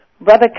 Brother